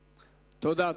תודה,